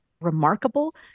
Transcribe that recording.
remarkable